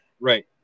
Right